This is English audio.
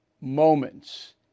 moments